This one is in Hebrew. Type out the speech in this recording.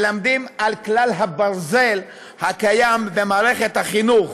מלמדים על כלל הברזל הקיים במערכת החינוך